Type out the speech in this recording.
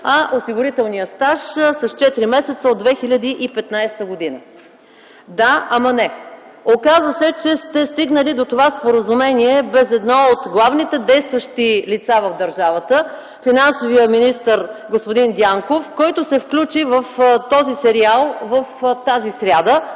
а осигурителният стаж – с четири месеца от 2015 г. Да, ама не! Оказа се, че сте стигнали до това споразумение без едно от главните действащи лица в държавата – финансовият министър господин Дянков, който се включи в този сериал тази сряда,